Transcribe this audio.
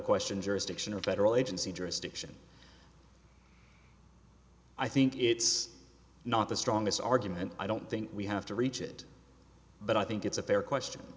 question jurisdiction or a federal agency jurisdiction i think it's not the strongest argument i don't think we have to reach it but i think it's a fair question